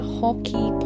hockey